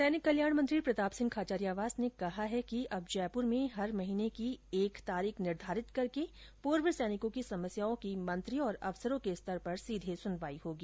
सैनिक कल्याण मंत्री प्रताप सिंह खाचरियावास ने कहा है कि अब जयप्र में हर महीने एक तारीख निर्धारित करके पूर्व सैनिकों की समस्याओं की मंत्री और अफसरों के स्तर से सीधे सुनवाई होगी